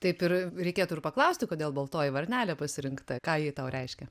taip ir reikėtų ir paklausti kodėl baltoji varnelė pasirinkta ką ji tau reiškia